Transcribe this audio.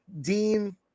Dean